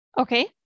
Okay